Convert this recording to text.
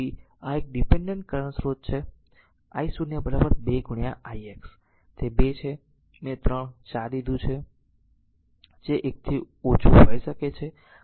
તેથી આ એક ડીપેન્ડેન્ટ કરંટ સ્રોત છે આ છે i 0 2 i x છે તે 2 છે મેં 3 4 લીધું છે જે 1 થી ઓછું હોઈ શકે છે